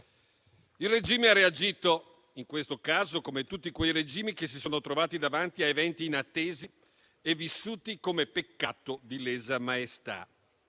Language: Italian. Il regime ha reagito, in questo caso, come tutti quei regimi che si sono trovati davanti a eventi inattesi e vissuti come peccato di lesa maestà: